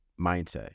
mindset